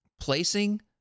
Placing